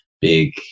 big